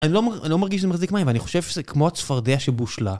אני לא מרגיש שזה מחזיק מים, ואני חושב שזה כמו הצפרדע שבושלה..